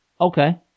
Okay